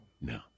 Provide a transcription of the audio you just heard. No